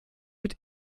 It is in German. wird